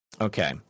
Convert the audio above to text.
Okay